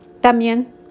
también